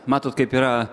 matot kaip yra